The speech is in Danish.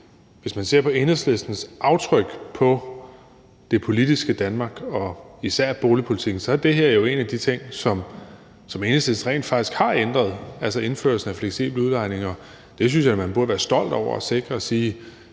Hvis man ser på Enhedslistens aftryk på det politiske Danmark og især boligpolitikken, så er det her jo en af de ting, som Enhedslisten rent faktisk har ændret, altså indførelsen af fleksibel udlejning. Det synes jeg man burde være stolt over og sikre;